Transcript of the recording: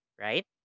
Right